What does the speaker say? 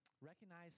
Recognize